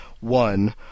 one